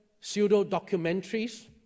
pseudo-documentaries